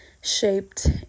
shaped